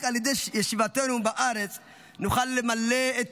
רק על ידי ישיבתנו בארץ נוכל למלא את